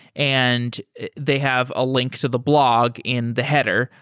and they have a link to the blog in the header.